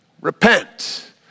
Repent